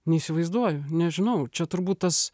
neįsivaizduoju nežinau čia turbūt tas